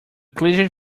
clenched